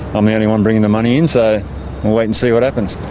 i'm the only one bringing the money in, so we'll wait and see what happens.